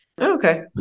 Okay